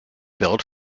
built